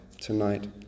tonight